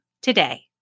today